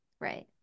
right